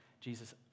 Jesus